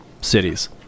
cities